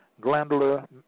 glandular